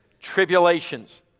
Tribulations